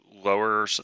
lower